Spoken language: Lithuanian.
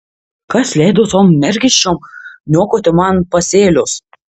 kas leido tom mergiščiom niokoti man pasėlius